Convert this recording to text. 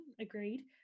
agreed